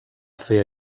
fer